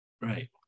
Right